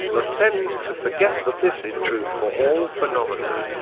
but tend to forget that this is true for all phenomena.